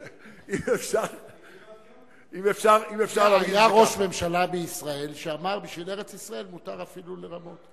היה ראש ממשלה בישראל שאמר: בשביל ארץ-ישראל מותר אפילו לרמות.